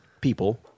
people